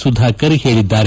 ಸುಧಾಕರ್ ಹೇಳಿದ್ದಾರೆ